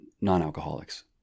non-alcoholics